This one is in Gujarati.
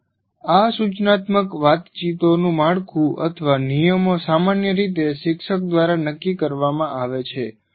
પરંતુ આ સૂચનાત્મક વાતચીતોનું માળખું અથવા નિયમો સામાન્ય રીતે શિક્ષક દ્વારા નક્કી કરવામાં આવે છે